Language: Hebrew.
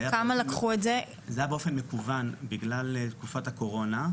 זה היה באופן מקוון בגלל תקופת הקורונה.